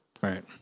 right